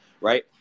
right